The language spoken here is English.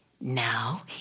Now